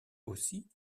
aussi